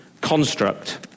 construct